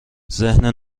ذهن